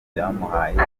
byamuhaye